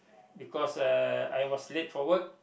because uh I was late for work